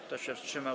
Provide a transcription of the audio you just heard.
Kto się wstrzymał?